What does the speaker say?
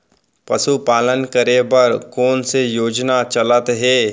पशुपालन करे बर कोन से योजना चलत हे?